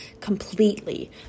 completely